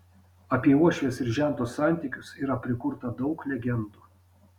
apie uošvės ir žento santykius yra prikurta daug legendų